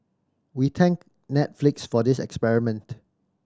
we thank Netflix for this experiment